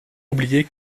oublier